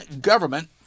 government